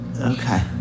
Okay